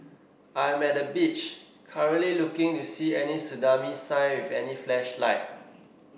I am at the beach currently looking to see any tsunami sign with any flash light